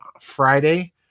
Friday